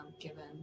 given